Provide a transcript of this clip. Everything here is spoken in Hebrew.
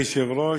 אדוני היושב-ראש,